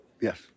Yes